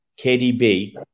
KDB